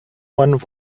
one